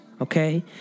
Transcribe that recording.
okay